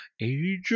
age